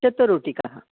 शतरोटिकाः